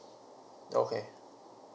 okay